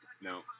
No